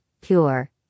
pure